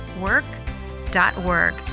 work.org